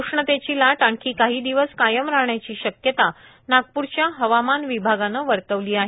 उष्णतेची लाट आणखी काही दिवस कायम राहण्याची शक्यता नागपूरच्या हवामान विभागानं वर्तवली आहे